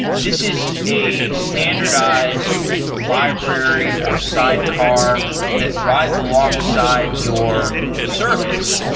this is a standardized library or sidecar that rides alongside your service.